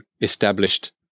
established